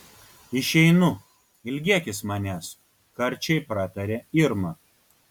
išeinu ilgėkis manęs karčiai pratarė irma